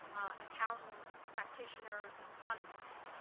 accountants, practitioners, and economists.